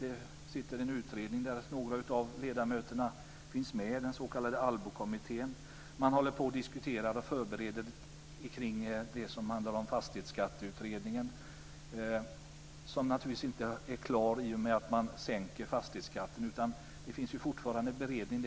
Det sitter en utredning där några av ledamöterna finns med, den s.k. ALLBO-kommittén. Man håller på och diskuterar och förbereder kring det som handlar om fastighetsskatteutredningen, som naturligtvis inte är klar i och med att fastighetsskatten sänks. Det finns ju fortfarande en beredning.